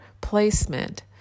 placement